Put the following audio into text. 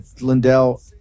Lindell